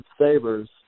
savers